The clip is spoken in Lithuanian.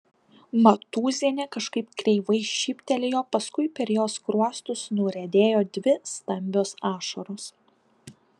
matūzienė kažkaip kreivai šyptelėjo paskui per jos skruostus nuriedėjo dvi stambios ašaros